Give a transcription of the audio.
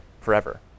forever